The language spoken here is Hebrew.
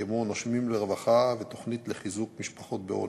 כמו "נושמים לרווחה" ותוכנית לחיזוק משפחות בעוני.